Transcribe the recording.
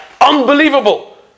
Unbelievable